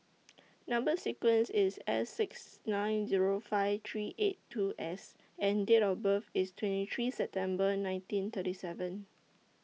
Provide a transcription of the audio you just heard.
Number sequence IS S six nine Zero five three eight two S and Date of birth IS twenty three September nineteen thirty seven